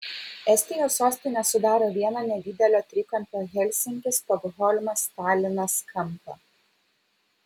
estijos sostinė sudaro vieną nedidelio trikampio helsinkis stokholmas talinas kampą